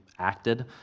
acted